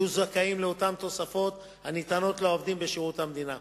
יהיו זכאים לאותן תוספות שניתנות לעובדים בשירות המדינה.